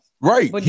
Right